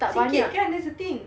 tak sikit kan that's the thing